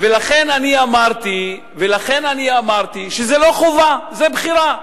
אמרתי שזה לא חובה, זו בחירה.